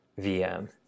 VM